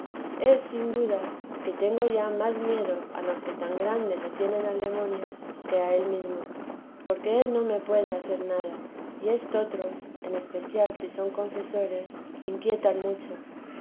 es sin duda que tengo ya más miedo a los que tan grande le tienen al demonio que a él mesmo porque él no me puede hacer nada y estotros en especial si son confesores inquietan mucho